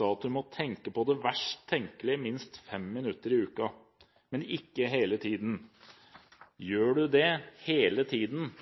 at du må tenke på det verst tenkelige minst 5 minutter i uka, men ikke hele tiden. Gjør du det hele tiden,